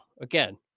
again